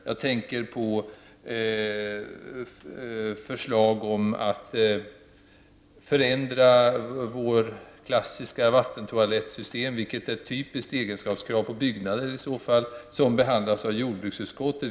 Jag tänker på förslag om att förändra vårt klassiska vattentoalettsystem, vilket är ett typiskt egenskapskrav på byggnader, som behandlas av jordbruksutskottet.